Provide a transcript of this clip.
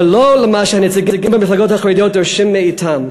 ולא למה שהנציגים במפלגות החרדיות דורשים מהם.